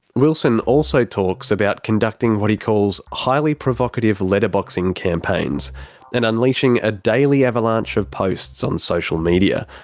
wilson also talks about conducting what he calls highly provocative letterboxing campaigns and unleashing a daily avalanche of posts on social media,